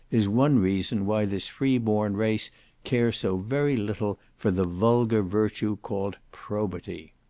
is one reason why this free-born race care so very little for the vulgar virtue called probity.